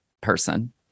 person